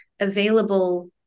available